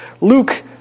Luke